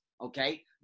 okay